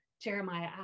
Jeremiah